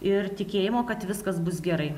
ir tikėjimo kad viskas bus gerai